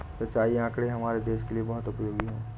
सिंचाई आंकड़े हमारे देश के लिए बहुत उपयोगी है